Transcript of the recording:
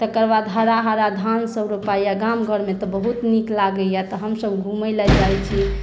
तकर बाद हरा हरा धान सभ रोपाइए गाम घर मे तऽ बहुत नीक लागैए तऽ हमसभ घुमै लए जाइ छी